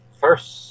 first